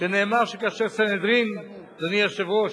שנאמר שכאשר סנהדרין, אדוני היושב-ראש,